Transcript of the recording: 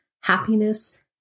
happiness